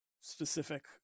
specific